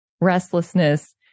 restlessness